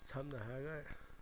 ꯁꯝꯅ ꯍꯥꯏꯔꯒ